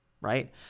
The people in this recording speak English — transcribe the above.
right